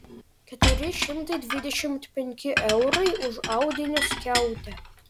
keturi šimtai dvidešimt penki eurai už audinio skiautę